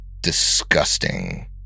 disgusting